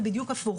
זה בדיוק הפוך.